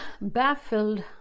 baffled